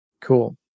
Cool